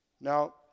Now